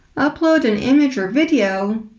upload an image or video,